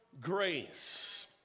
grace